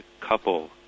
couple